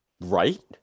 Right